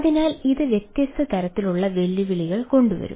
അതിനാൽ ഇത് വ്യത്യസ്ത തരത്തിലുള്ള വെല്ലുവിളികൾ കൊണ്ടുവരും